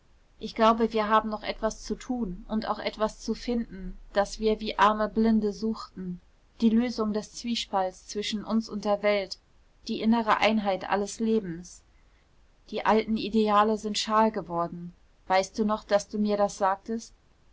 ich glaube wir haben noch etwas zu tun und auch etwas zu finden das wir wie arme blinde suchten die lösung des zwiespalts zwischen uns und der welt die innere einheit allen lebens die alten ideale sind schal geworden weißt du noch daß du mir das sagtest